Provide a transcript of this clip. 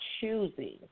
choosing